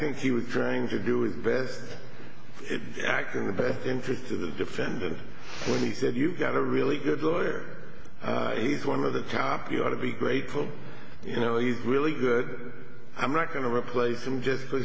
think he was trying to do it best acting the best interest of the defendant when he said you've got a really good lawyer he's one of the top you ought to be grateful you know he's really good i'm not going to replace him just